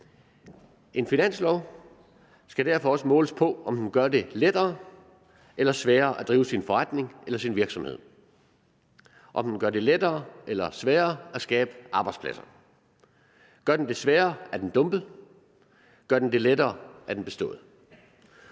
En finanslov skal derfor også måles på, om den gør det lettere eller sværere at drive sin forretning eller sin virksomhed, om den gør det lettere eller sværere at skabe arbejdspladser. Gør den det sværere, er den dumpet, gør den det lettere, er den bestået.